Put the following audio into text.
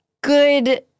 good